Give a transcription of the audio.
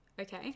okay